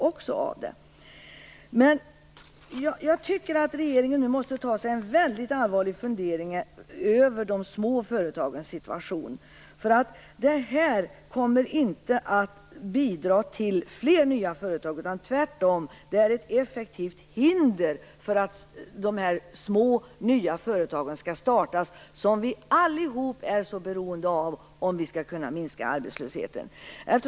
Jag tycker att regeringen nu måste ta sig en väldigt allvarlig fundering över de små företagens situation. Det här kommer inte att bidra till fler nya företag, utan tvärtom är det ett effektivt hinder för att små nya företag skall startas som vi alla är så beroende av om vi skall kunna minska arbetslösheten.